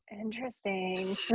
interesting